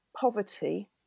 poverty